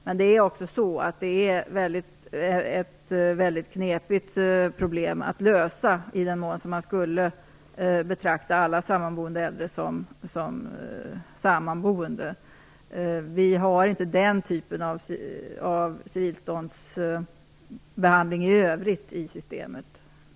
Men det är också ett väldigt knepigt problem att lösa. I vilken mån skulle man betrakta de äldre som bor tillsammans som sammanboende? Vi har inte den typen av civilståndsbehandling i övrigt i systemet.